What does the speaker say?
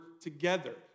together